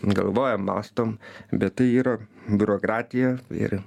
galvojam mąstom bet tai yra biurokratija ir